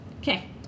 Okay